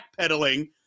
backpedaling